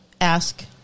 Ask